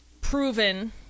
proven